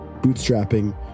bootstrapping